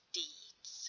deeds